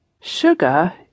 Sugar